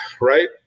right